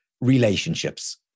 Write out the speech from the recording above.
relationships